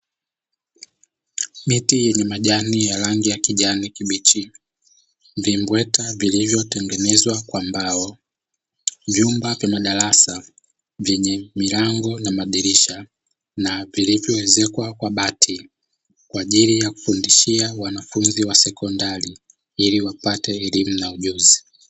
Miti yenye majani yenye rangi ya kijani kibichi, vimbweta vilivyotengenezwa kwa mbao, vyumba vya madarasa vyenye milango na madirisha vilivyoezekwa kwa bati, kwa ajili ya kufundishia wanafunzi wa sekondari ili wapate elimu na ujuzi.